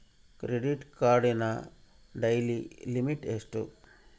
Credit ಕಾರ್ಡಿನ daily limit ಎಷ್ಟು?